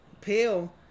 pill